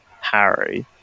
Harry